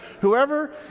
Whoever